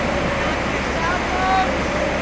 turn off your cell phones.